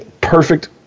perfect